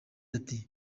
ati